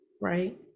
right